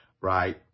Right